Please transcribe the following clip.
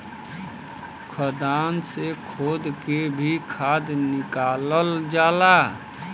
खदान से खोद के भी खाद निकालल जाला